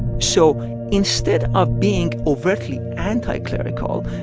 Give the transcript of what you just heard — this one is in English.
so instead of being overtly anti-clerical,